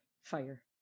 fire